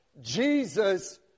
Jesus